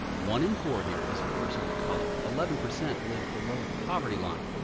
one in four here is a person of color. eleven percent live below the poverty line.